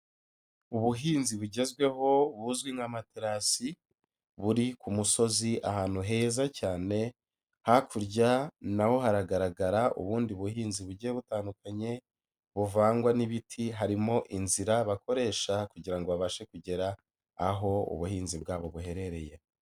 Ubuhinzi bugezweho buzwi nka matarasi buri ku musozi ahantu heza cyane, hakurya n'aho haragaragara ubundi buhinzi bugiye butandukanye buvangwa n'ibiti harimo inzira bakoresha kugira ngo babashe kugera aho ubuhinzi bwabo buherereye.